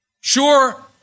Sure